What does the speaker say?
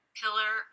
pillar